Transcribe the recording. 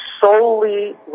solely